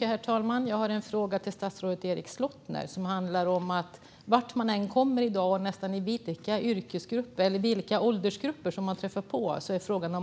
Herr talman! Jag har en fråga till statsrådet Erik Slottner. Vart jag än kommer i dag och nästan oavsett ålder på dem jag träffar på är frågan